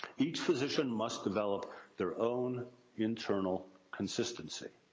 each physician must develop their own internal consistency.